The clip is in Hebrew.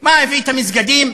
מה הביא את המסגדים?)